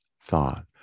thought